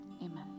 Amen